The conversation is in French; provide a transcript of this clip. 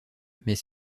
mais